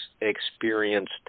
experienced